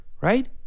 right